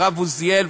הרב עוזיאל,